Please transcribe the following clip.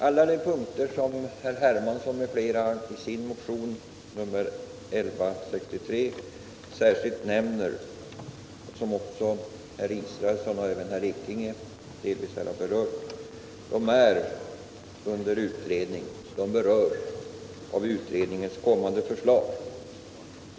Alla de punkter som herr Hermansson m.fl. i motionen 1163 särskilt nämner och som herr Israelsson och även herr Ekinge delvis varit inne på är under utredning — de berörs av utredningens kommande förslag.